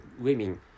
women